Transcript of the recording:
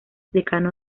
decano